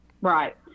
Right